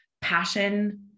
passion